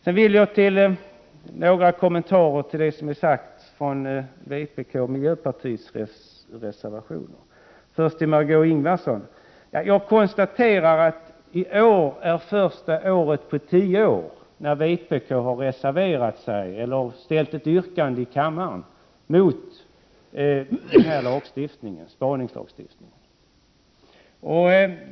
Sedan några kommentarer till det som har sagts om vpk:s och miljöpartiets reservationer. Först några ord till Margö Ingvardsson. Jag konstaterar att vpk i år för första gången på tio år har reserverat sig eller ställt ett yrkande i kammaren mot spaningslagstiftningen.